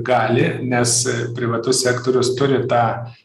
gali nes privatus sektorius turi tą